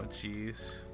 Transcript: jeez